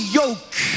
yoke